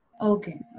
Okay